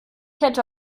hätte